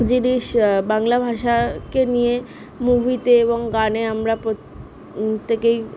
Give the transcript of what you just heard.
জিনিস বাংলা ভাষাকে নিয়ে মুভিতে এবং গানে আমরা প্র থেকেই